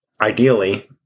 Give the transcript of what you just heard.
ideally